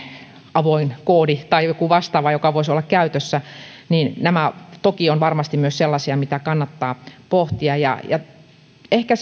avoin koodi tai joku vastaava joka voisi olla käytössä nämä toki ovat varmasti myös sellaisia mitä kannattaa pohtia ehkä